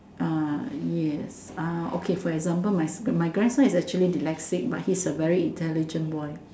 ah yes ah okay for example my s~ my grandson is actually dyslexic but he's a very intelligent boy